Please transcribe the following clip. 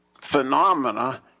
phenomena